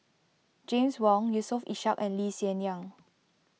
James Wong Yusof Ishak and Lee Hsien Yang